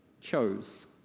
chose